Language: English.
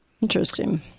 Interesting